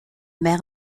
mer